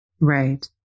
Right